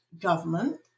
government